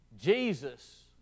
Jesus